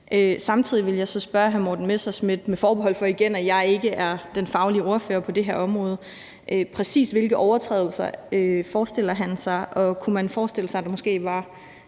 Samtidig vil jeg så spørge hr. Morten Messerschmidt, igen med forbehold for, at jeg ikke er den faglige ordfører på det her område, præcis hvilke overtrædelser han forestiller sig, og kunne man forestille sig, at der måske var